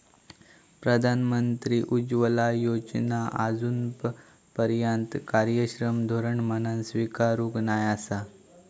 प्रधानमंत्री उज्ज्वला योजना आजूनपर्यात कार्यक्षम धोरण म्हणान स्वीकारूक नाय आसा